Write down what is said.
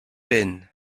peine